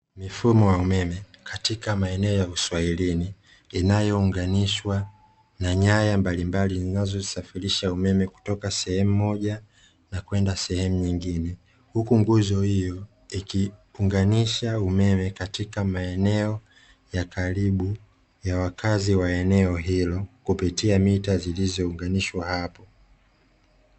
Mifumo ya umeme katika maneno ya uswahilini inayounganishwa na nyaya mbalimbali zinazosafarisha umeme kutoka sehemu moja na kwenda sehemu nyingine, huku nguzo iyo ikiunganisha umeme katika maneno ya karibu ya wakazi wa eneo hilo kupitia mita zilizounganishwa hapo.